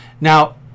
Now